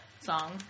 Song